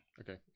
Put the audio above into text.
Okay